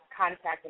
contacting